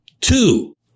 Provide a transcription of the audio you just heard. Two